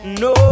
no